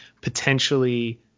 potentially